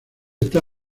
está